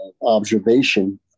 observation